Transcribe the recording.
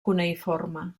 cuneïforme